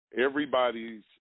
everybody's